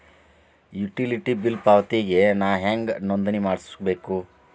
Utility bill ಪಾವತಿಗೆ ನಾ ಹೆಂಗ್ ನೋಂದಣಿ ಮಾಡ್ಸಬೇಕು?